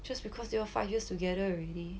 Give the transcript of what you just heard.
just because they all five years together already